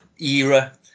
era